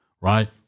right